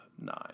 nine